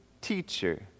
teacher